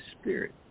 Spirit